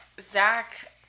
Zach